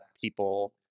people